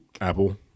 Apple